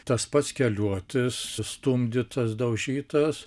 tas pats keliuotis sustumdytas daužytas